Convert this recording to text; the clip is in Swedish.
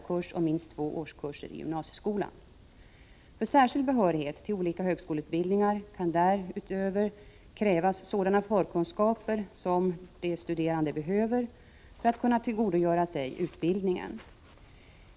krävas sådana förkunskaper som de studerande behöver för att kunna tillgodogöra sig utbildningen.